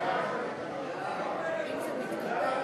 ההצעה להעביר